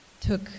took